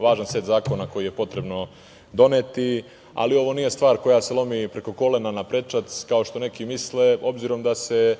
važan set zakona koje je potrebno doneti, ali ovo nije stvar koja se lomi preko kolena, na prečac, kao što neki misle, obzirom da se